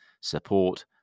support